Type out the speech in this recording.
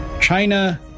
China